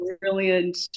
brilliant